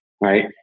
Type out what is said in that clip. Right